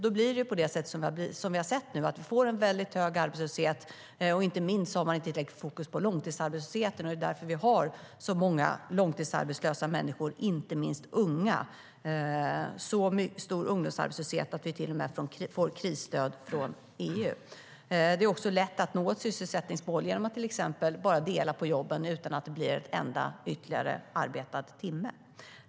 Då blev det som vi nu ser, att man får en väldigt hög arbetslöshet och att man hade inte tillräckligt fokus på långtidsarbetslösheten. Det är därför som vi har så många långtidsarbetslösa människor, inte minst när det gäller unga. Vi har så stor ungdomsarbetslöshet att vi till och med får krisstöd från EU. Det är lätt att nå ett sysselsättningsmål genom att till exempel bara dela på jobben utan att det ger någon ytterligare arbetad timme.